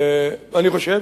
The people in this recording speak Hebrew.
אני חושב